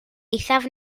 eithaf